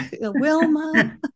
Wilma